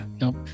nope